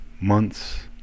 months